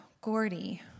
Gordy